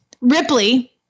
Ripley